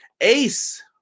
Ace